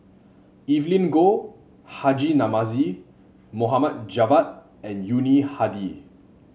Evelyn Goh Haji Namazie Mohd Javad and Yuni Hadi